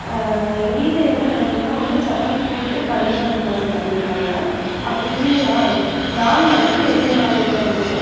எங்க வீட்ல என்ன நடக்கும்னா ஒன்னு சப்பாத்தி போட்டு பன்னீர் பட்டர் மசாலா கேட்பாங்க அப்படி இல்லையா நான் மட்டும் வெளியில் வாங்கிகிட்டு வந்துட்டு